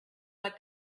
what